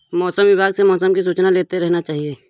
मौसम विभाग से मौसम की सूचना लेते रहना चाहिये?